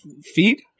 feet